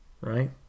Right